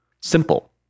simple